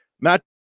Matt